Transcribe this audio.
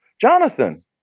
Jonathan